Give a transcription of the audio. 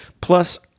Plus